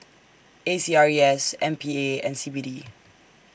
A C R E S M P A and C B D